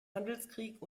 handelskrieg